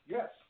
Yes